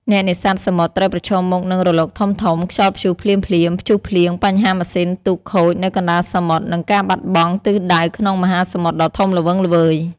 អ្នកនេសាទសមុទ្រត្រូវប្រឈមមុខនឹងរលកធំៗ ខ្យល់ព្យុះភ្លាមៗ ព្យុះភ្លៀង បញ្ហាម៉ាស៊ីនទូកខូចនៅកណ្តាលសមុទ្រ និងការបាត់បង់ទិសដៅក្នុងមហាសមុទ្រដ៏ធំល្វឹងល្វើយ។